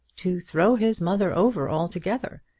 to throw his mother over altogether,